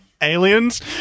Aliens